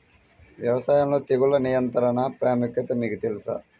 వ్యవసాయంలో తెగుళ్ల నియంత్రణ ప్రాముఖ్యత మీకు తెలుసా?